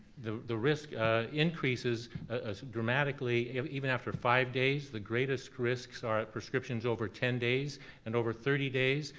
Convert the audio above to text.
the the risk increases ah dramatically even after five days. the greatest risks are at prescriptions over ten days and over thirty days,